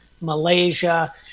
Malaysia